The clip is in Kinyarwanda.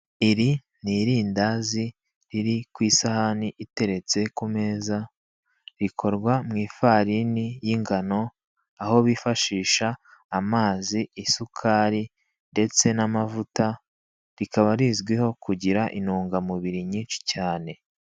Iri ni irindazi riri ku isahani iteretse ku meza rikorwa mu ifarini y'ingano aho bifashisha amazi, isukari ndetse n'amavuta rikaba rizwiho kugira intungamubiri nyinshi cyane.